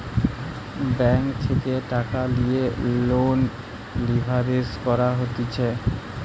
bank থেকে টাকা লিয়ে লোন লিভারেজ করা হতিছে